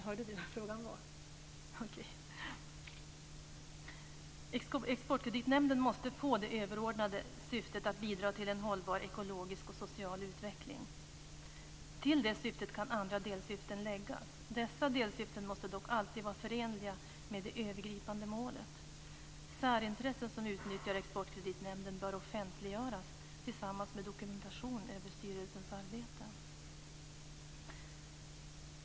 Det måste bli så att Exportkreditnämnden har det överordnade syftet att bidra till en hållbar ekologisk och social utveckling. Till det syftet kan andra delsyften läggas. Dessa delsyften måste dock alltid vara förenliga med det övergripande målet. Särintressen som utnyttjar Exportkreditnämnden bör offentliggöras tillsammans med dokumentation över styrelsens arbete.